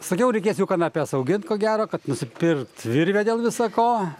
sakiau reikės jau kanapes augint ko gero kad nusipirkti virvę dėl visa ko